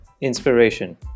inspiration